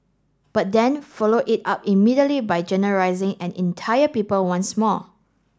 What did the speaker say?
but then followed it up immediately by generalising an entire people once more